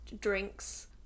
drinks